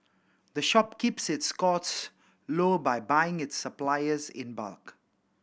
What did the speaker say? the shop keeps its costs low by buying its suppliers in bulk